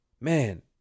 Man